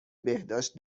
بهداشت